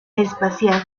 espacial